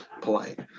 polite